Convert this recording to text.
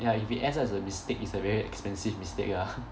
ya if it ends up as a mistake it's a very expensive mistake ah